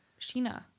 Sheena